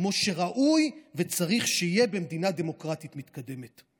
כמו שראוי וצריך שיהיה במדינה דמוקרטית מתקדמת.